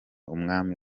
umwami